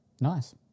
Nice